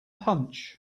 punch